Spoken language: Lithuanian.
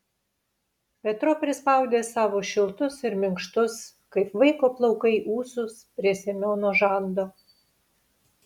petro prispaudė savo šiltus ir minkštus kaip vaiko plaukai ūsus prie semiono žando